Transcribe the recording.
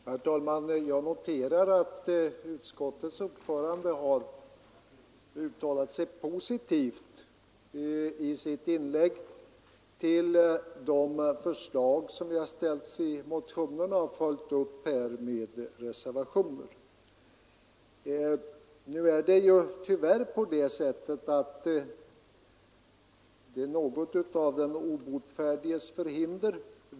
Herr talman! Jag noterar att utskottets ordförande i sitt inlägg uttalade sig positivt till motionärernas förslag vilka har följts upp med reservationer. Tyvärr är det här fråga om något av den obotfärdiges förhinder.